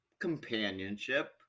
companionship